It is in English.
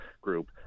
group